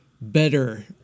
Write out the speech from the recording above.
better